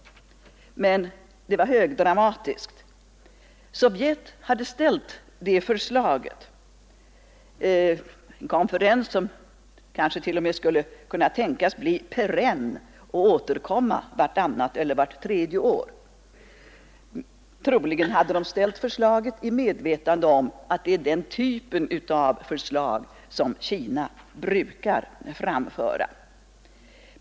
Men det var högdramatiskt. Sovjet hade ställt förslaget. Konferensen kanske t.o.m. skulle kunna tänkas bli perenn och återkomma vartannat eller vart tredje år. Troligen hade Sovjet ställt förslaget i medvetande om att det är den typen av förslag som Kina brukar framföra.